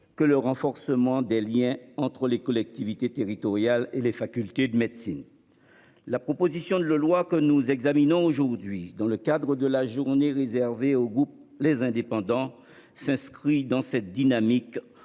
que le renforcement des liens entre les collectivités territoriales et les facultés de médecine. La proposition de loi que nous examinons aujourd'hui, dans le cadre de la niche réservée au groupe Les Indépendants - République